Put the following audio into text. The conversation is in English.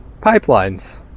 Pipelines